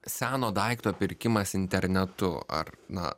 seno daikto pirkimas internetu ar na